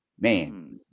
Man